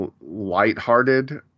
lighthearted